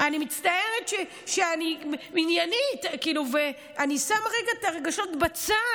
אני מצטערת שאני עניינית ואני שמה רגע את הרגשות בצד.